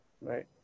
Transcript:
right